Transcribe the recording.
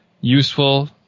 useful